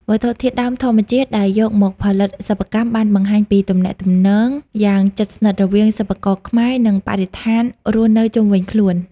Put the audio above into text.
វត្ថុធាតុដើមធម្មជាតិដែលយកមកផលិតសិប្បកម្ម បានបង្ហាញពីទំនាក់ទំនងយ៉ាងជិតស្និទ្ធរវាងសិប្បករខ្មែរ និងបរិស្ថានរស់នៅជុំវិញខ្លួន។